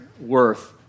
worth